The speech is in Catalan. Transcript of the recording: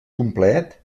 complet